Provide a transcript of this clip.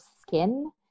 skin